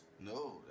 no